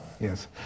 Yes